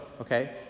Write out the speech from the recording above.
Okay